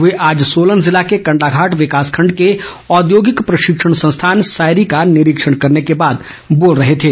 वे आज सोलन जिला के कण्डाघाट विकासखण्ड के औद्योगिक प्रशिक्षण संस्थान सायरी का निरीक्षण करने के बाद बोल रहे थे